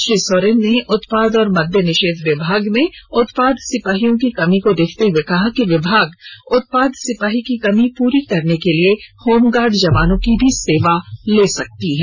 श्री सोरेन ने उत्पाद एवं मद्य निषेध विभाग में उत्पाद सिपाहियों की कमी को देखते हुए कहा कि विभाग उत्पाद सिपाही की कमी पूरा करने के लिए होमगार्ड जवानों की भी सेवा ले सकती है